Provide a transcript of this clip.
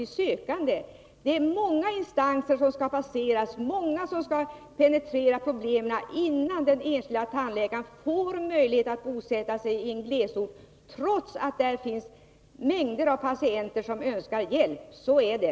Det är många instanser som skall passeras, och det är många som skall penetrera problemen innan den enskilde tandläkaren får möjlighet att bosätta sig i en glesort, trots att där finns en mängd patienter som önskar hjälp — så är det.